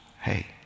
hey